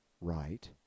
right